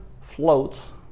floats